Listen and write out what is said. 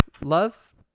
love